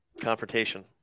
confrontation